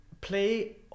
play